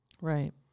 Right